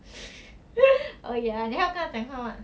oh ya 你还有跟他讲话 mah